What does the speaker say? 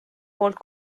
poolt